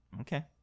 Okay